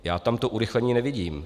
Já tam to urychlení nevidím.